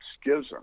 schism